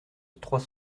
trois